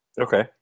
Okay